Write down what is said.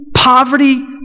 poverty